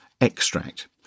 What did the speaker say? extract